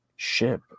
ship